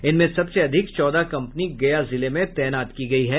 इनमें सबसे अधिक चौदह कंपनी गया जिले में तैनात की गयी है